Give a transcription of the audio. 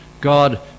God